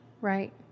Right